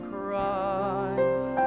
Christ